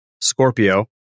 Scorpio